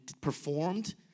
performed